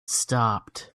stopped